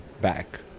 back